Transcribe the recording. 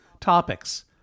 Topics